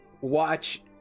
watch